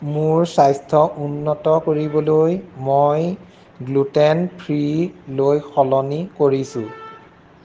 মোৰ স্বাস্থ্য উন্নত কৰিবলৈ মই গ্লুটেন ফ্ৰীলৈ সলনি কৰিছোঁ